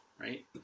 right